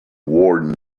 warden